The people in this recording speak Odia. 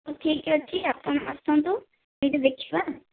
ଠିକ ଅଛି ଆପଣ ଆସନ୍ତୁ ଏଇଠି ଦେଖିବା